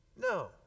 No